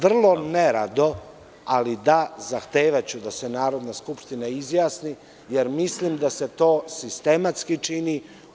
Vrlo nerado, ali da, zahtevaću da se Narodna skupština izjasni, jer mislim da se to sistematski čini.